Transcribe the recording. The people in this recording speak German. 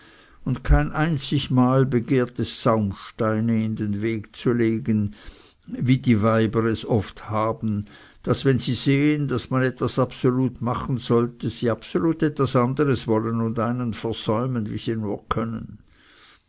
und kein einzigmal begehre es saumsteine in den weg zu legen wie es die weiber dickist haben daß wenn sie sehen daß man etwas absolut machen sollte sie absolut etwas anderes wollen und einen versäumen wie sie nur können